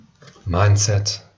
mindset